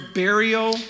burial